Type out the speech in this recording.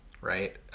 right